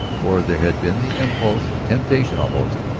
for there had been the impulse, a temptation almost,